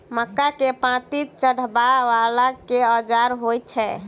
मक्का केँ पांति चढ़ाबा वला केँ औजार होइ छैय?